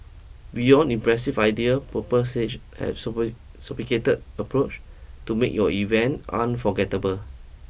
beyond impressive ideas Purple Sage has approache to make your events unforgettable